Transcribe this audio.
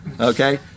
okay